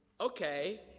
Okay